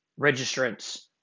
registrants